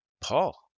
paul